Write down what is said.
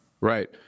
Right